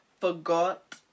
forgot